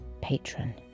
patron